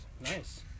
Nice